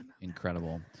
incredible